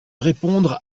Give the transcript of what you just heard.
répondre